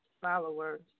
Followers